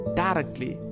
directly